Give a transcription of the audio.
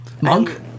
Monk